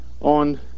on